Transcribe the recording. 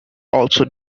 also